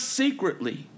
secretly